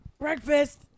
breakfast